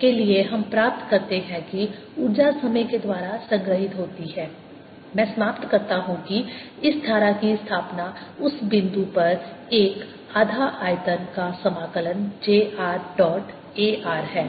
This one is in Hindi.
के लिए हम प्राप्त करते हैं कि ऊर्जा समय के द्वारा संग्रहीत होती है मैं समाप्त करता हूं कि इस धारा की स्थापना उस बिंदु पर 1 आधा आयतन का समाकलन j r dot A r है